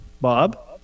Bob